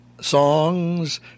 songs